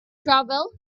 travel